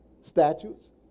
statutes